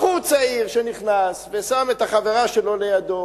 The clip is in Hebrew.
בחור צעיר שנכנס לרכב ושם את החברה שלו לידו